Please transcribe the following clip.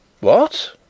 What